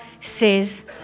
says